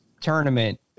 tournament